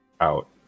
out